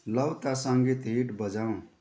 लौ त सङ्गीत हिट बजाऔँ